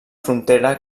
frontera